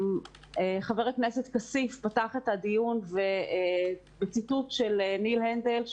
חבר הכנסת כסיף פתח את הדיון בציטוט של ניל הנדל,